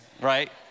right